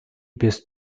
bist